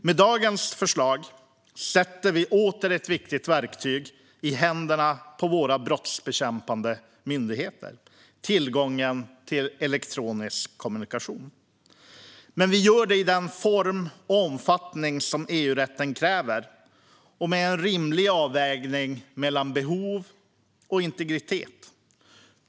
Med dagens förslag sätter vi åter ett viktigt verktyg i händerna på de brottsbekämpande myndigheterna, tillgången till elektronisk kommunikation. Men vi gör det i den form och omfattning som EU-rätten kräver och med en rimlig avvägning mellan behov och integritet.